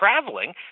traveling